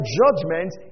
judgment